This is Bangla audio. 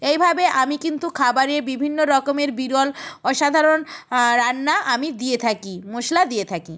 এইভাবে আমি কিন্তু খাবারে বিভিন্ন রকমের বিরল অসাধারণ রান্না আমি দিয়ে থাকি মশলা দিয়ে থাকি